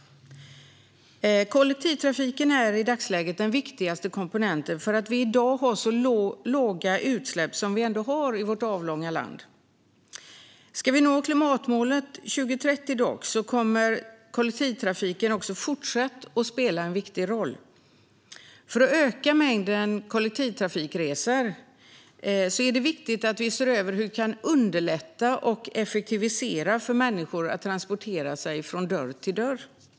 Kollektivtrafiken är i dagsläget den viktigaste komponenten i att vi i dag har så låga utsläpp som vi ändå har i vårt avlånga land. Ska vi nå klimatmålet 2030 kommer kollektivtrafiken också i fortsättningen att spela en viktig roll. För att öka mängden kollektivtrafikresor är det viktigt att se över hur vi kan underlätta och effektivisera för människor att transportera sig från dörr till dörr.